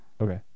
Okay